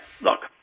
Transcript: Look